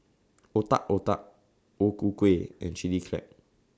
Otak Otak O Ku Kueh and Chili Crab